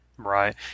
Right